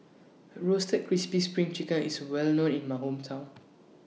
Roasted Crispy SPRING Chicken IS Well known in My Hometown